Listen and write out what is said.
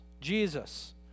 Jesus